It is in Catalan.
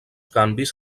canvis